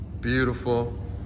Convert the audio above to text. Beautiful